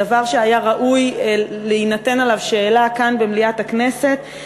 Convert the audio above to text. דבר שהיה ראוי לשאלה כאן במליאת הכנסת,